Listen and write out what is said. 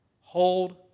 hold